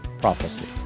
PROPHECY